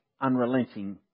unrelenting